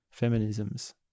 Feminisms